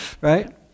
right